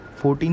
14